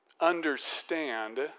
understand